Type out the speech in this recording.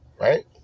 right